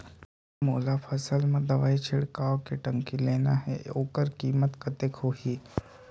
मोला फसल मां दवाई छिड़काव के टंकी लेना हे ओकर कीमत कतेक होही?